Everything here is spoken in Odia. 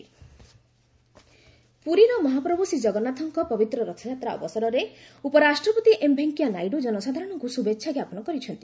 ଉପରାଷ୍ଟ୍ରପତି ରଥଯାତ୍ରା ଶୁଭେଚ୍ଛା ପୁରୀର ମହାପ୍ରଭୁ ଶ୍ରୀ ଜଗନ୍ନାଥଙ୍କ ପବିତ୍ର ରଥଯାତ୍ରା ଅବସରରେ ଉପରାଷ୍ଟ୍ରପତି ଏମ୍ ଭେଙ୍କୟା ନାଇଡ଼ୁ ଜନସାଧାରଣଙ୍କୁ ଶୁଭେଚ୍ଛା ଜ୍ଞାପନ କରିଛନ୍ତି